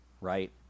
right